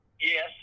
Yes